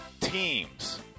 teams